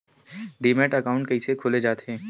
Demat account कइसे खोले जाथे?